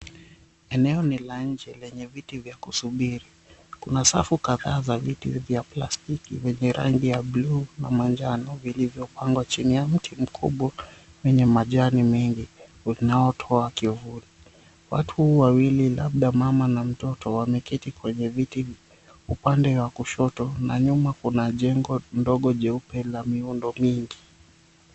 Eneo ni la njee lenye viti vya kusubiri. Kuna safu kadhaa ya viti vya plastiki vyenye rangi ya buluu na manjano vilivyopangwa chini ya mti mkubwa wenye majani mengi unaotoa kivuli. Watu wawili labda mama na mtoto wameketi kwenye viti upande wa kushoto na nyuma kuna jengo dogo jeupe la miundo mingi.